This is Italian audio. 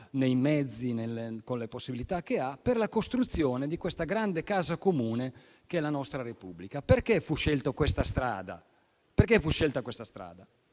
nei mezzi, con le possibilità che ha, per la costruzione di questa grande casa comune che è la nostra Repubblica. Perché fu scelta questa strada?